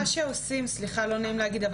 מה שעושים לא נעים לדבר על זה,